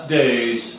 days